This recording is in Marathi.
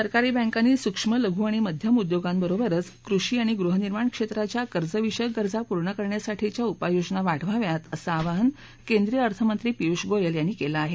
सरकारी बॅकांनी सुक्ष्म लघु आणि मध्यम उद्योगांबरोबरच कृषी आणि गृहनिर्माण क्षेत्राच्या कर्जविषयक गरजा पूर्ण करण्यासाठीच्या उपाययोजना वाढवाव्यात असं आवाहन केंद्रीय अर्थ मंत्री पियुष गोयल यांनी केलं आहे